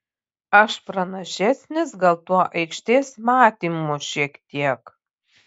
aš pranašesnis gal tuo aikštės matymu šiek tiek